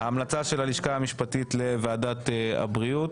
ההמלצה של הלשכה המשפטית, לוועדת הבריאות.